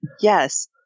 yes